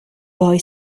boy